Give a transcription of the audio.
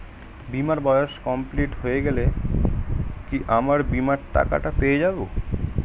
বীমার বয়স কমপ্লিট হয়ে গেলে কি আমার বীমার টাকা টা পেয়ে যাবো?